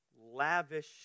lavish